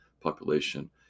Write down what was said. population